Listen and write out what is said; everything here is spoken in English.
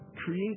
Create